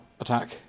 attack